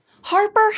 Harper